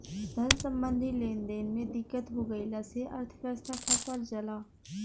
धन सम्बन्धी लेनदेन में दिक्कत हो गइला से अर्थव्यवस्था ठप पर जला